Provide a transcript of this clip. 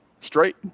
Straight